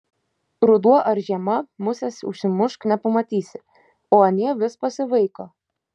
ruduo ar žiema musės užsimušk nepamatysi o anie vis pasivaiko